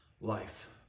life